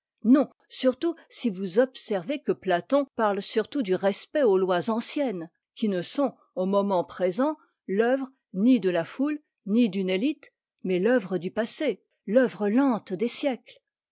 non surtout si vous observez que platon parle surtout du respect aux lois anciennes qui ne sont au moment présent l'œuvre ni de la foule ni d'une élite mais l'œuvre du passé l'œuvre lente des siècles